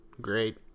great